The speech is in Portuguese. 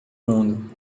mundo